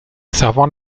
servant